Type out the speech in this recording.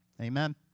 Amen